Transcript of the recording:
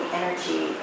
energy